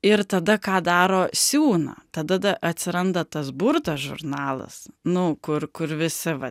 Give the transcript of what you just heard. ir tada ką daro siūna tada atsiranda tas burda žurnalas nu kur kur visi va